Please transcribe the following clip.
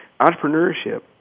Entrepreneurship